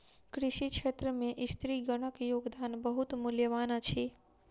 कृषि क्षेत्र में स्त्रीगणक योगदान बहुत मूल्यवान अछि